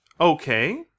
Okay